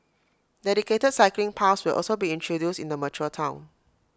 dedicated cycling paths will also be introduced in the mature Town